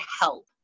help